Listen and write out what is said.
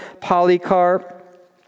Polycarp